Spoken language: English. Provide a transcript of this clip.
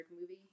movie